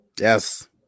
Yes